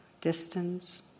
distance